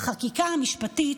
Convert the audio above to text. החקיקה המשפטית,